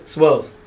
Swells